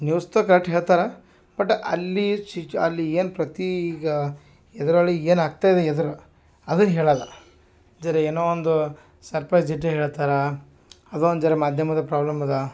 ನ್ಯೂಸ್ತೊ correct ಹೇಳ್ತಾರೆ but ಅಲ್ಲಿ ಚಿಚು ಅಲ್ಲೀ ಏನು ಪ್ರತೀ ಈಗ ಇದರಲ್ಲಿ ಏನು ಆಗ್ತಾಯಿದೆ ಎದ್ರು ಅದನ್ನು ಹೇಳೋಲ್ಲ ಇದಿರು ಏನೋ ಒಂದು ಸರ್ಪ್ರೈಸ್ ಇಟ್ಟೆ ಹೇಳ್ತಾರೆ ಅದು ಒಂದು ಜರ ಮಾಧ್ಯಮದ ಪ್ರಾಬ್ಲಮ್ ಅದ